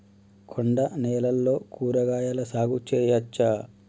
కొండ నేలల్లో కూరగాయల సాగు చేయచ్చా?